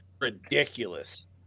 ridiculous